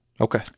okay